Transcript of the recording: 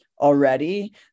already